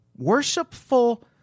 Worshipful